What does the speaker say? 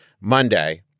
Monday